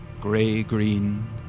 Gray-green